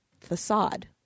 facade